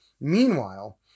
Meanwhile